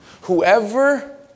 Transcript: Whoever